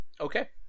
okay